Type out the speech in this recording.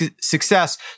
success